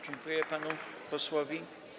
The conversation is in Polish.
Dziękuję panu posłowi.